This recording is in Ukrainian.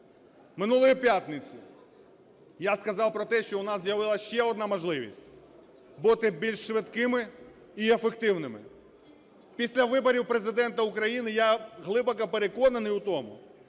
минулої п'ятниці, я сказав про те, що у нас з'явилася ще одна можливість бути більш швидкими і ефективними. Після виборів Президента України, я глибоко переконаний в тому,